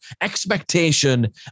expectation